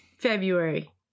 February